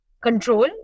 control